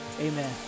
Amen